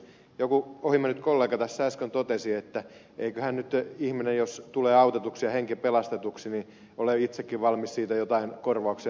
joku ohi mennyt kollega tässä äsken totesi että eiköhän nyt ihminen jos tulee autetuksi ja henki pelastetuksi ole itsekin valmis siitä jotain korvauksia maksamaan